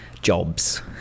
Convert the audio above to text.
jobs